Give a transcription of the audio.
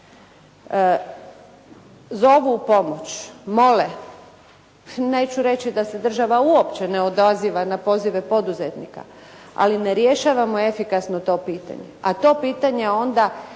Zovu upomoć, mole, neću reći da se država uopće ne odaziva na pozive poduzetnika, ali ne rješavamo efikasno to pitanje, a to pitanje onda